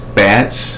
bats